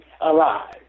alive